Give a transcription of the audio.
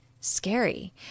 scary